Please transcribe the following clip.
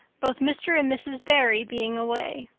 both mr. and mrs. barry being away.